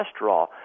cholesterol